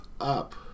up